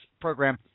program